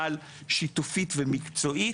אבל שיתופית ומקצועית,